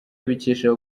abikesha